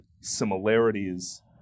similarities